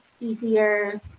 easier